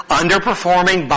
underperforming